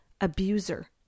Abuser